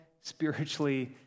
spiritually